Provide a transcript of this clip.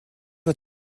est